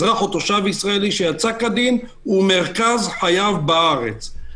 אזרח או תושב ישראלי שיצא כדין ומרכז חייו בארץ.